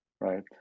right